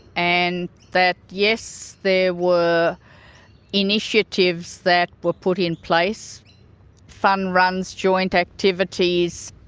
and that yes, there were initiatives that were put in place fun runs, joint activities,